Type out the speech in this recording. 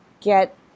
get